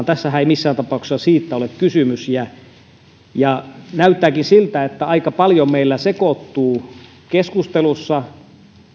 tässähän ei missään tapauksessa siitä ole kysymys näyttääkin siltä että aika paljon meillä sekoittuu keskustelussa